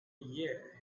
year